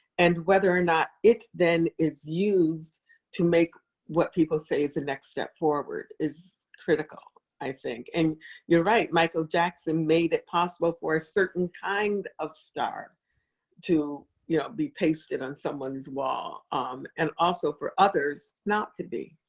and whether or not it then is used to make what people say is the next step forward is critical, i think. and you're right, michael jackson made it possible for a certain kind of star to yeah be pasted on someone's wall um and also for others not to be.